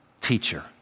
teacher